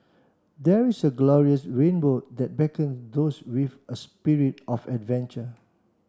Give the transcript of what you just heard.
there is a glorious rainbow that beckons those with a spirit of adventure